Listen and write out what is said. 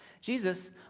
Jesus